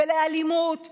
לאלימות ולאונס,